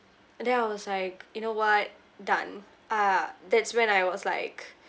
and then I was like you know what done ah that's when I was like